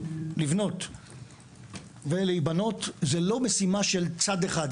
לבנות ולהיבנות היא לא משימה של צד אחד,